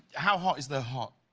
how hot is the hot?